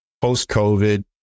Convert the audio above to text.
post-COVID